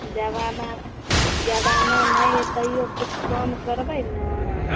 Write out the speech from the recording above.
जबाना जबाना नहि हइ तैओ किछु कम करबै ने